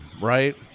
right